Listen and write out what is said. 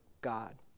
God